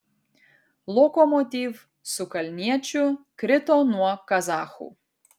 lokomotiv su kalniečiu krito nuo kazachų